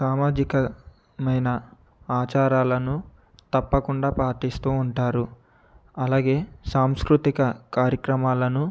సామాజికమైన ఆచారాలను తప్పకుండా పాటిస్తూ ఉంటారు అలాగే సాంస్కృతిక కార్యక్రమాలను